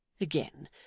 again